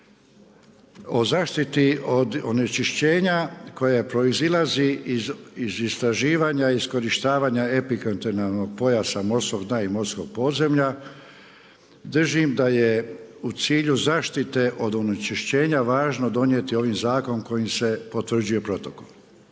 o zaštiti od onečišćenja koje proizilazi iz istraživanja, iskorištavanja epikontinentalnog pojasa morskog dna i morskog podzemlja, držim da je u cilju zaštite od onečišćenja važno donijeti ovaj zakon kojim se potvrđuje protokol.